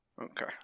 Okay